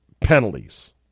penalties